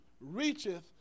reacheth